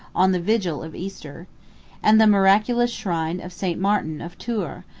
on the vigil of easter and the miraculous shrine of st. martin of tours,